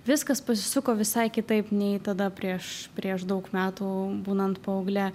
viskas pasisuko visai kitaip nei tada prieš prieš daug metų būnant paauglė